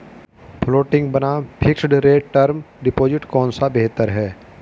Floating बनाम fixed rate term deposit कौन सा बेहतर है?